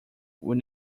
will